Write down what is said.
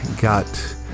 got